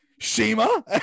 Shima